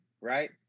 right